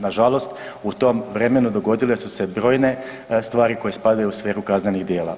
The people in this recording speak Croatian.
Nažalost, u tom vremenu dogodile su se brojne stvari koje spadaju u sferu kaznenih djela.